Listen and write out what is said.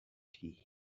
tea